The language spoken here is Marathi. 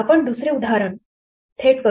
आपण दुसरे उदाहरण थेट करू